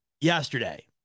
yesterday